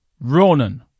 Ronan